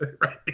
Right